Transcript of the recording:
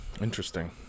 interesting